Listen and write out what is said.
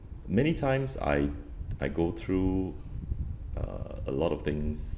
many times I I go through uh a lot of things